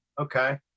Okay